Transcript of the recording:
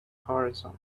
horizon